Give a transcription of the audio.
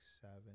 seven